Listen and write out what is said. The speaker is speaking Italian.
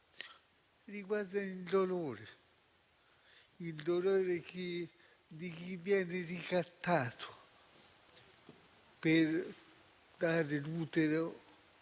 Riguardano il dolore, il dolore di chi viene ricattato per dare l'utero,